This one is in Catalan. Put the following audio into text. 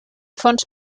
fons